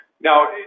Now